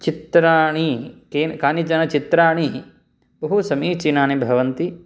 चित्राणि कानिचन चित्राणि बहुसमीचीनानि भवन्ति